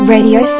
Radio